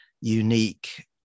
unique